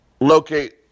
locate